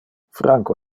franco